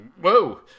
whoa